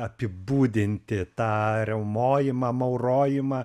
apibūdinti tą riaumojimą maurojimą